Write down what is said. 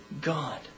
God